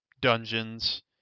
dungeons